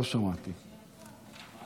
לא פעם מהדוכן הזה אני ציטטתי את וינסטון צ'רצ'יל,